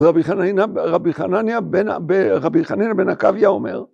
רבי חנניה בן עקביה אומר.